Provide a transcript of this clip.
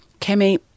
Kemi